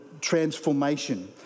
transformation